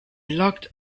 locked